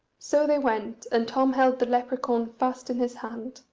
so they went, and tom held the lepracaun fast in his hand,